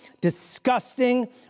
disgusting